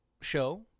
show